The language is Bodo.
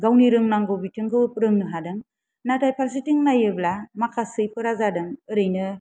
गावनि रोंनांगौ बिथिंखौ रोंनो हादों नाथाय फारसेथिं नायोब्ला माखासेफोरा जादों ओरैनो